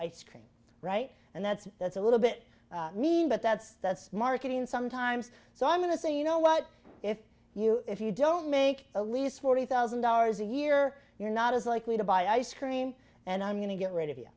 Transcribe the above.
ice cream right and that's that's a little bit mean but that's that's marketing sometimes so i'm going to say you know what if you if you don't make a least forty thousand dollars a year you're not as likely to buy ice cream and i'm going to get rid of